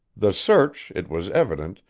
the search, it was evident,